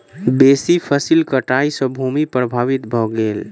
बेसी फसील कटाई सॅ भूमि प्रभावित भ गेल